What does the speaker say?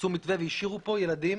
מצאו מתווה והשאירו פה ילדים